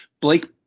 Blake